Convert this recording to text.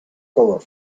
cover